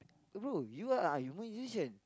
bro you are you musician